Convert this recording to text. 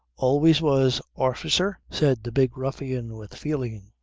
always was, orficer, said the big ruffian with feeling.